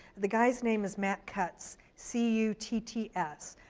the guy's name is matt cutts, c u t t s.